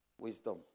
Wisdom